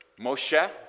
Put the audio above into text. Moshe